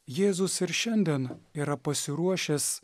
jėzus ir šiandien yra pasiruošęs